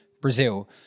Brazil